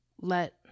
let